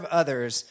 others